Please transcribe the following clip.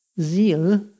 zeal